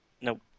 Nope